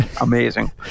Amazing